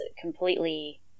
completely